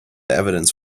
evidence